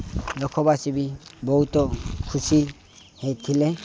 ଲୋକବାସୀ ବି ବହୁତ ଖୁସି ହୋଇଥିଲେ